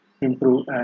improve